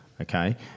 okay